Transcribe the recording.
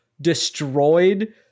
destroyed